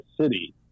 city